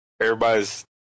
everybody's